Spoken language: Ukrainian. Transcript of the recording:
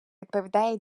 відповідає